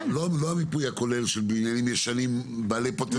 לא על מיפוי כולל של בתים ישנים בעלי פוטנציאל.